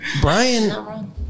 Brian